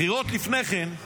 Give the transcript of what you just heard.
בחירות לפני כן,